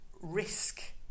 risk